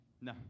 no